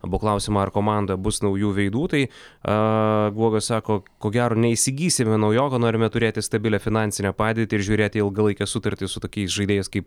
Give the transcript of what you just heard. buvo klausiama ar komanda bus naujų veidų tai a guoga sako ko gero neįsigysime naujo norime turėti stabilią finansinę padėtį ir žiūrėti į ilgalaikę sutartį su tokiais žaidėjais kaip